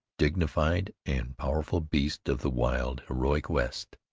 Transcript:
dignified, and powerful beast of the wild, heroic west,